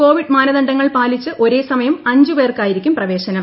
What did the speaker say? Covid മാനദണ്ഡങ്ങൾ പാലിച്ച് ഒരേ സമയം അഞ്ചുപേർക്കായിരിക്കും പ്രവേശനം